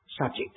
subject